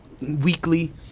weekly